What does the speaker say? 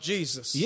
Jesus